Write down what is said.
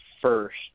first